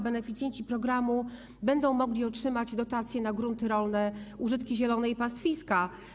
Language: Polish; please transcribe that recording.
Beneficjenci programu będą mogli otrzymać dotacje na grunty rolne, użytki zielone i pastwiska.